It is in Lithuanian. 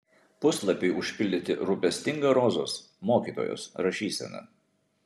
puslapiai užpildyti rūpestinga rozos mokytojos rašysena